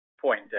point